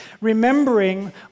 remembering